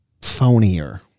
phonier